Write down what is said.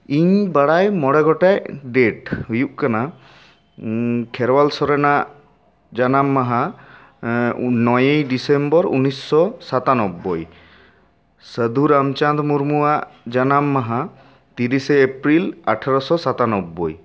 ᱤᱧ ᱵᱟᱲᱟᱭ ᱢᱚᱬᱮ ᱜᱚᱴᱮᱡ ᱰᱮᱹᱴ ᱦᱩᱭᱩᱜ ᱠᱟᱱᱟ ᱠᱷᱮᱨᱣᱟᱞ ᱥᱚᱨᱮᱱᱟᱜ ᱡᱟᱱᱟᱢ ᱢᱟᱦᱟ ᱱᱚᱭᱮᱭ ᱰᱤᱥᱮᱢᱵᱚᱨ ᱩᱱᱤᱥᱥᱚ ᱥᱟᱛᱟᱱᱚᱵᱽᱵᱚᱭ ᱥᱟᱫᱷᱩ ᱨᱟᱢᱪᱟᱸᱫᱽ ᱢᱩᱨᱢᱩᱟᱜ ᱡᱟᱱᱟᱢ ᱢᱟᱦᱟ ᱛᱤᱨᱤᱥᱮ ᱮᱯᱨᱤᱞ ᱟᱴᱟᱨᱚᱥᱚ ᱥᱟᱛᱟᱱᱚᱵᱽᱵᱚᱭ